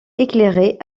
éclairés